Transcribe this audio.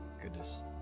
Goodness